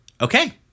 Okay